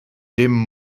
dim